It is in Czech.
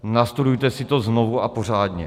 Nastudujte si to znovu a pořádně.